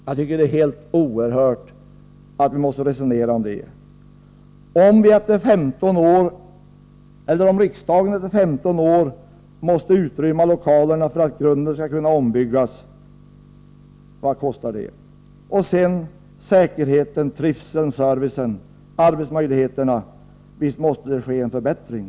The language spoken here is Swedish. Jag tycker att det är oerhört att vi måste resonera om det. Om riksdagen efter 15 år måste utrymma lokalerna för att grunden skall kunna ombyggas, vad kostar det? Till detta kommer säkerhet, trivsel, service, arbetsmöjligheter. Visst måste det ske en förbättring.